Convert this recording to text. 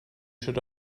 should